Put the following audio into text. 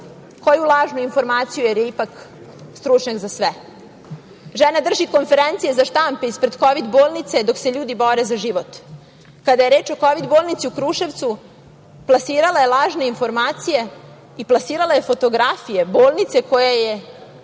koju lažnu informaciju, jer je ipak stručnjak za sve. Žena drži konferencije za štampu ispred kovid bolnice dok se ljudi bore za život. Kada je reč o kovid bolnici u Kruševcu, plasirala je lažne informacije i plasirala je fotografije bolnice koja je